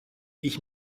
ich